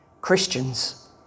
Christians